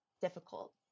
difficult